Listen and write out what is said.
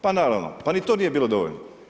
Pa naravno, pa ni to nije bilo dovoljno.